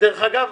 דרך אגב,